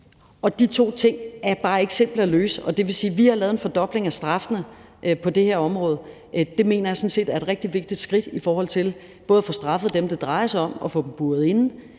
De to ting er bare ikke simple at løse, og det vil sige, at vi har lavet en fordobling af straffene på det her område, og det mener jeg sådan set er et rigtig vigtigt skridt, både i forhold til at få straffet dem, det drejer sig om, og få dem buret inde,